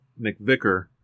McVicker